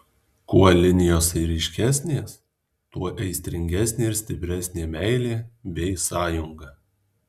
kuo linijos ryškesnės tuo aistringesnė ir stipresnė meilė bei sąjunga